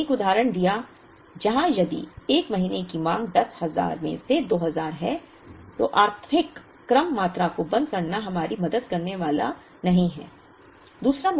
हमने एक उदाहरण दिया जहां यदि 1 महीने की मांग 10000 में से 2000 है तो आर्थिक क्रम मात्रा को बंद करना हमारी मदद करने वाला नहीं है